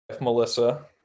Melissa